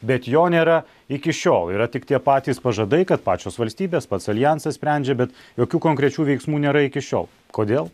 bet jo nėra iki šiol yra tik tie patys pažadai kad pačios valstybės pats aljansas sprendžia bet jokių konkrečių veiksmų nėra iki šiol kodėl